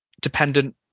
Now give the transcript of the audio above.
dependent